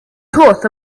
thought